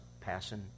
passing